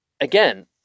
again